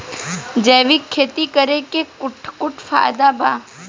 जैविक खेती करे से कट्ठा कट्ठा फायदा बा?